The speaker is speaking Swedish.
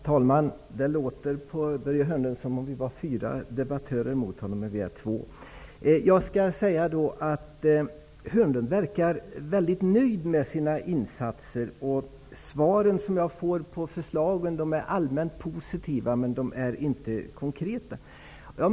Fru talman! Börje Hörnlund verkar väldigt nöjd med sina insatser. De svar jag får i fråga om mina förslag är allmänt positiva, men de är inte konkreta.